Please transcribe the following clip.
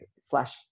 slash